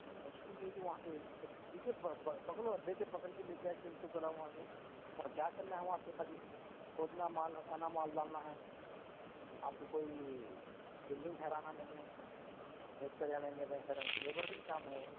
نہیں مشکل کئی کو وہاں پہ دوسرے پکڑ پکڑو دیکھیے پکڑ کے لے کر آئے پھر تو کراؤ وہاں سے کیا کرنا ہے وہاں پہ خالی کھودنا مال ہٹانا مال ڈالنا ہے آپ کو کوئی بلڈنگ ٹھہرانا نہیں ہے مستریوں نہیں مر رہی ہے کر رہے ہو لیبرس کا کام ہے وہ